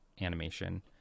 animation